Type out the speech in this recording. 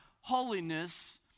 holiness